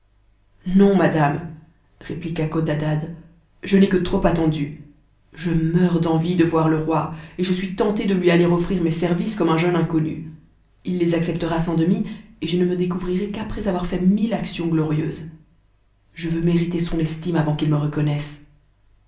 non madame répliqua codadad je n'ai que trop attendu je meurs d'envie de voir le roi et je suis tenté de lui aller offrir mes services comme un jeune inconnu cs acceptera sans doute et je ne me découvrirai qu'après avoir fait mille actions glorieuses je veux mériter son estime avant qu'il me reconnaisse